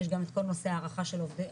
יש גם את כל נושא ההערכה של העובדים,